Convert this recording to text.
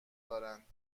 دارند